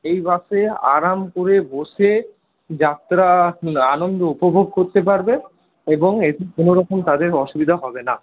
এই বাসে আরাম করে বসে যাত্রার আনন্দ উপভোগ করতে পারবে এবং এতে কোনোরকম তাদের অসুবিধা হবে না